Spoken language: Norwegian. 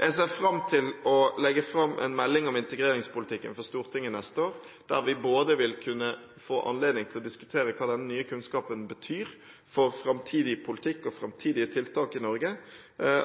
Jeg ser fram til å legge fram en melding om integreringspolitikken for Stortinget neste år, der vi både vil kunne få anledning til å diskutere hva den nye kunnskapen betyr for framtidig politikk, og framtidige tiltak i Norge,